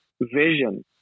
vision